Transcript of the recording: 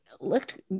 looked